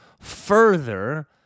further